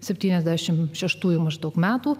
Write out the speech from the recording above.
septyniasdešimt šeštųjų maždaug metų